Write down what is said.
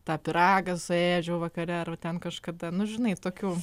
tą pyragą suėdžiau vakare ar va ten kažkada nu žinai tokių